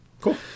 Cool